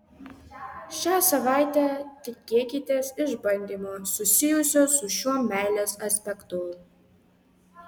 šią savaitę tikėkitės išbandymo susijusio su šiuo meilės aspektu